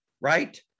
right